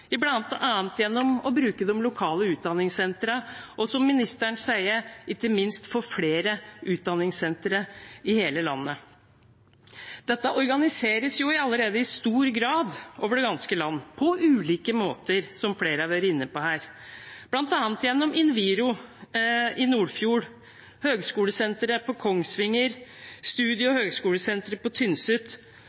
gjennom å bruke de lokale utdanningssentrene, og, som ministeren sier, ikke minst få flere utdanningssentre i hele landet. Dette organiseres allerede i stor grad over det ganske land, på ulike måter, som flere har vært inne på her, bl.a. gjennom Inviro i Nordfjord, Høgskolesenteret i Kongsvinger og studie- og høgskolesenteret på